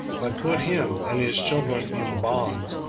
but put him and his children in bonds,